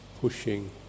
pushing